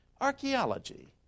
archaeology